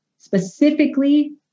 Specifically